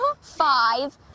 Five